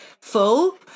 full